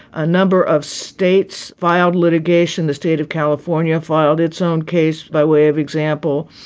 a number of states filed litigation. the state of california filed its own case by way of example.